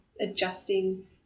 adjusting